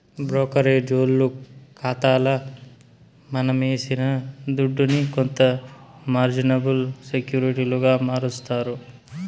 బ్రోకరేజోల్లు కాతాల మనమేసిన దుడ్డుని కొంత మార్జినబుల్ సెక్యూరిటీలుగా మారస్తారు